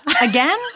Again